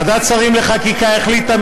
ועדת שרים לחקיקה החליטה,